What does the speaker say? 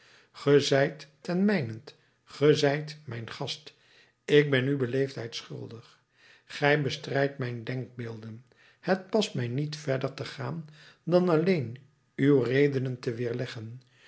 ten mijnent ge zijt mijn gast ik ben u beleefdheid schuldig gij bestrijdt mijn denkbeelden het past mij niet verder te gaan dan alleen uw redenen te wederleggen